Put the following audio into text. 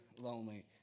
lonely